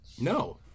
No